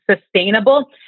sustainable